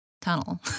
tunnel